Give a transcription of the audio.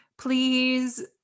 Please